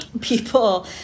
people